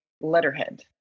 letterhead